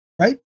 right